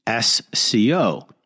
SCO